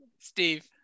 Steve